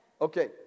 Okay